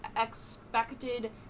expected